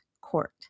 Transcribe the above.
Court